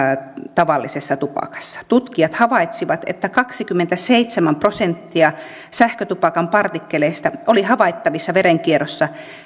tavallisessa tupakassa tutkijat havaitsivat että kaksikymmentäseitsemän prosenttia sähkötupakan partikkeleista oli havaittavissa verenkierrossa